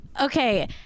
Okay